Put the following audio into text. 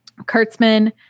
Kurtzman